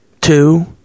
two